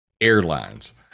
airlines